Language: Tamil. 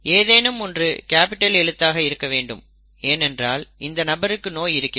ஏதேனும் ஒன்று கேப்பிட்டல் எழுத்தாக இருக்க வேண்டும் ஏனென்றால் இந்த நபருக்கு நோய் இருக்கிறது